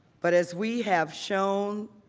but as we have shown,